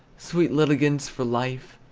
sweet litigants for life.